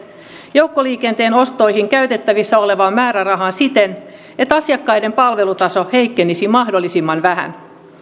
joukkoliikenteen ostoihin käytettävissä olevaan määrärahaan siten että asiakkaiden palvelutaso heikkenisi mahdollisimman vähän